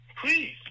Please